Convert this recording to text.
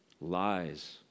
lies